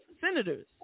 senators